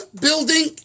building